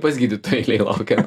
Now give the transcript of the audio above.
pas gydytoją eilėj laukiant